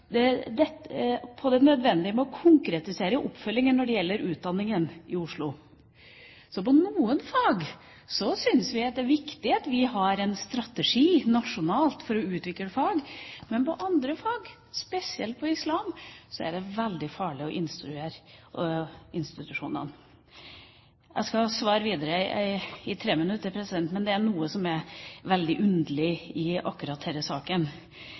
på den nødvendige konkrete oppfølgingen når det gjelder utdanningen i Oslo.» Så når det gjelder noen fag, syns man det er viktig at man har en strategi nasjonalt for å utvikle fag. Men i forbindelse med andre fag, spesielt islam, er det veldig farlig å instruere institusjonene. Jeg skal svare mer i et treminuttersinnlegg, men det er noe jeg syns er underlig i akkurat denne saken.